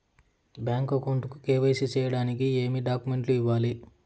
Bank account కు KYC సేయడానికి ఏమేమి డాక్యుమెంట్ ఇవ్వాలి?